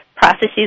processes